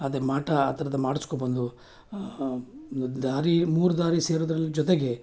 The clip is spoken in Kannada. ಅದೆ ಮಾಟ ಆ ಥರದ ಮಾಡ್ಸ್ಕೊಂಡ್ಬಂದು ದಾರಿ ಮೂರು ದಾರಿ ಸೇರೋದ್ರಲ್ಲಿ ಜೊತೆಗೆ